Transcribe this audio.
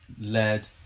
lead